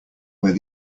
where